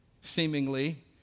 seemingly